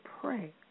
pray